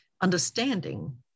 understanding